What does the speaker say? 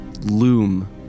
loom